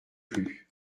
plus